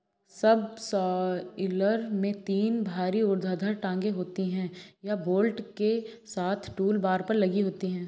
subsoiler में तीन भारी ऊर्ध्वाधर टांगें होती हैं, यह बोल्ट के साथ टूलबार पर लगी होती हैं